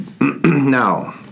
Now